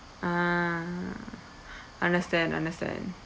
ah understand understand